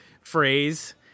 phrase